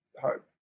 hope